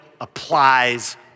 applies